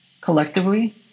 Collectively